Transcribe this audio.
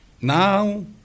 Now